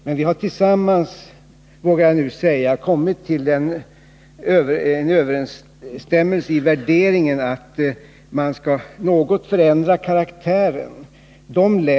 Jag vågar säga att vi tillsammans nu har kommit fram till en överenstämmelse i värderingen, att man något skall förändra karaktären i det här systemet.